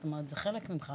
זאת אומרת זה חלק ממך,